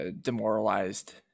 demoralized